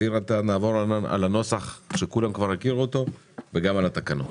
נעבור על הנוסח שכולם כבר הכירו אותו וגם על התקנות.